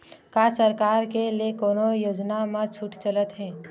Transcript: का सरकार के ले कोनो योजना म छुट चलत हे?